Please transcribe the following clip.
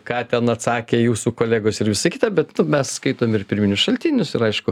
ką ten atsakė jūsų kolegos visa kita bet mes skaitom ir pirminius šaltinius ir aišku